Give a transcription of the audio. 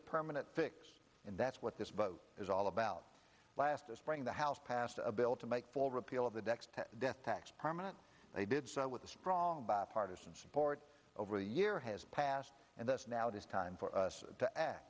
a permanent fix and that's what this vote is all about last spring the house passed a bill to make full repeal of the death death tax permanent they did so with a strong bipartisan support over a year has passed and that's now it is time for us to a